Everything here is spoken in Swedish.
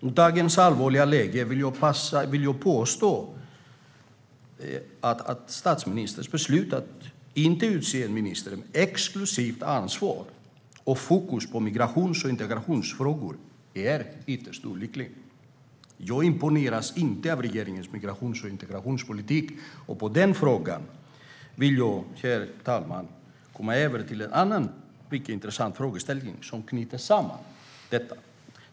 Jag vill påstå att i dagens allvarliga läge är statsministerns beslut att inte utse en minister med exklusivt ansvar och fokus på migrations och integrationsfrågor ytterst olyckligt. Jag imponeras inte av regeringens migrations och integrationspolitik. Herr talman! Jag går över till den annan mycket intressant frågeställning med anknytning till detta.